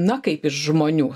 na kaip iš žmonių